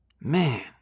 Man